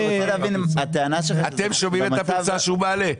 אתם רואים את הפרצה שהוא מעלה?